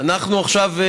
אנחנו עכשיו,